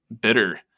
bitter